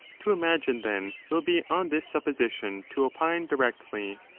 to imagine, then, will be on this supposition to opine directly,